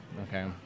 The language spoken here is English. Okay